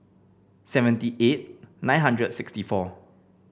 seventy eight nine hundred and sixty four